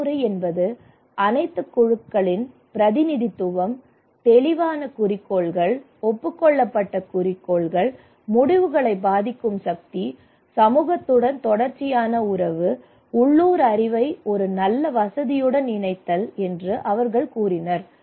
செயல்முறை என்பது அனைத்து குழுக்களின் பிரதிநிதித்துவம் தெளிவான குறிக்கோள்கள் ஒப்புக்கொள்ளப்பட்ட குறிக்கோள்கள் முடிவுகளை பாதிக்கும் சக்தி சமூகத்துடன் தொடர்ச்சியான உறவு உள்ளூர் அறிவை ஒரு நல்ல வசதியுடன் இணைத்தல் என்று அவர்கள் கூறினர்